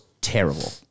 terrible